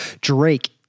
Drake